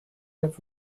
have